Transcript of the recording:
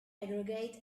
aggregate